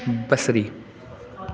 बसरी